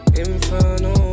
inferno